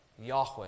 Yahweh